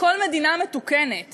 בכל מדינה מתוקנת